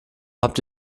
habt